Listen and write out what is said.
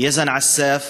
יזאן עסאף,